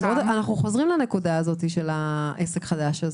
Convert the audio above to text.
אנחנו חוזרים לנקודה של העסק החדש.